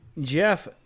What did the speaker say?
Jeff